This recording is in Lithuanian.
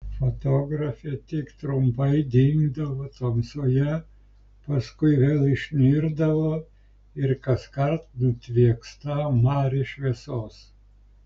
fotografė tik trumpai dingdavo tamsoje paskui vėl išnirdavo ir kaskart nutvieksta mari šviesos